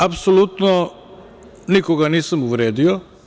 Apsolutno nikoga nisam uvredio.